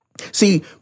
See